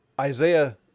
Isaiah